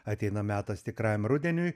ateina metas tikrajam rudeniui